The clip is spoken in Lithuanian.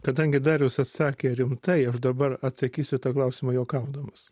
kadangi darius atsakė rimtai aš dabar atsakysiu tą klausimą juokaudamas